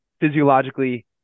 physiologically